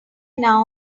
now